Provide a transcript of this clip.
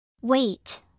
Wait